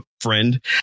friend